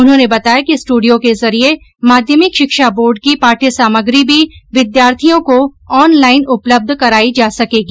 उन्होंने बताया कि स्टूडियो के जरिए माध्यमिक शिक्षा बोर्ड की पाठ्यसामग्री भी विद्यार्थियों को ऑनलाइन उपलब्ध करायी जा सकेगी